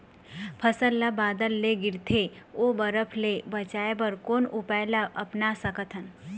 फसल ला बादर ले गिरथे ओ बरफ ले बचाए बर कोन उपाय ला अपना सकथन?